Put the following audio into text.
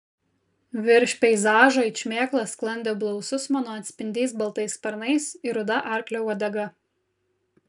virš peizažo it šmėkla sklandė blausus mano atspindys baltais sparnais ir ruda arklio uodega